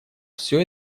все